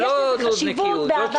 יש לזה חשיבות בהעברת המסרים.